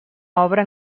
obra